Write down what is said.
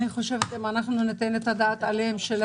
אני חושבת שאם ניתן את הדעת על הנקודות